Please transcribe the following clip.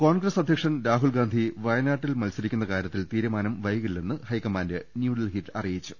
കോൺഗ്രസ് അധ്യക്ഷൻ രാഹുൽഗാന്ധി വയനാട്ടിൽ മത്സരിക്കുന്ന കാരൃത്തിൽ തീരുമാനും വൈകില്ലെന്ന് ഹൈക്ക മാന്റ് ന്യൂഡൽഹിയിൽ അറിയിച്ചു